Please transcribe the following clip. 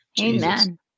Amen